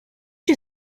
you